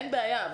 אין בעיה,